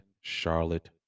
Charlotte